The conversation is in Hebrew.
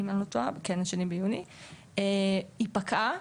היא פקעה,